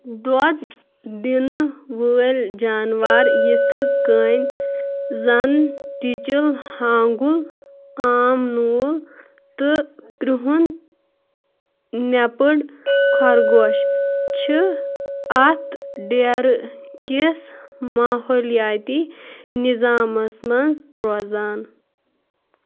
دۄد دِنہٕ وٲلۍ جانوَر یِتھٕ کٔنۍ زَن ٹیٖچٕل ہانٛگُل عام نوٗل تہٕ کرٛہُن نٮ۪پٕڈ خرگوش چھِ اَتھ ڈیرٕ کِس ماحولیاتی نِظامَس منٛز روزان